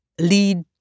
lead